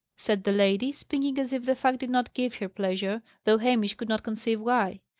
said the lady, speaking as if the fact did not give her pleasure, though hamish could not conceive why.